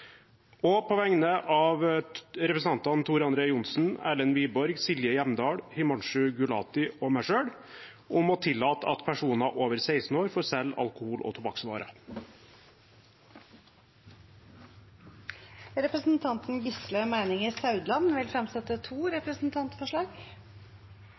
Og på vegne av representantene Tor André Johnsen, Erlend Wiborg, Silje Hjemdal, Himanshu Gulati og meg selv vil jeg fremme forslag om å tillate at personer over 16 år får selge alkohol og tobakksvarer. Representanten Gisle Meininger Saudland vil fremsette to